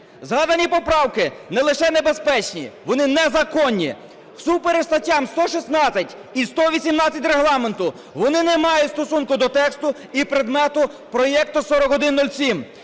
Згадані поправки не лише небезпечні, вони незаконні, всупереч статтям 116 і 118 Регламенту. Вони не мають стосунку до тексу і предмету проекту 4107